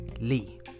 Lee